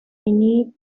needed